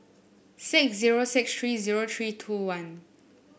six zero six three zero three two one